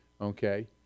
Okay